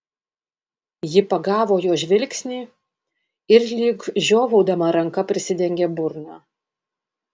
ji pagavo jo žvilgsnį ir lyg žiovaudama ranka prisidengė burną